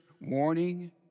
warning